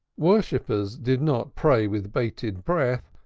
worshippers did not pray with bated breath,